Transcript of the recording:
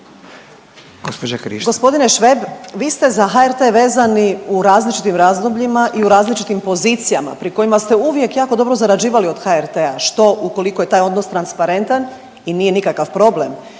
Gospodine Šveb vi ste za HRT vezani u različitim razdobljima i u različitim pozicijama pri kojima ste uvijek jako dobro zarađivali od HRT-a što ukoliko je taj odnos transparentan i nije nikakav problem,